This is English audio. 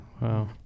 Wow